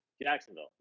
Jacksonville